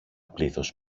πλήθος